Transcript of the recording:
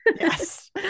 Yes